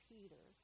Peter